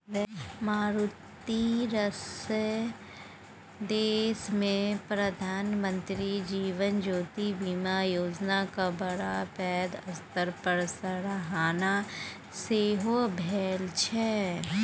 मारिते रास देशमे प्रधानमंत्री जीवन ज्योति बीमा योजनाक बड़ पैघ स्तर पर सराहना सेहो भेल छै